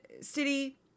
city